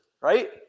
right